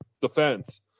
defense